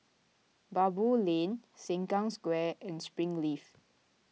Baboo Lane Sengkang Square and Springleaf